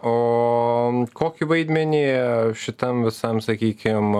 o kokį vaidmenį šitam visam sakykim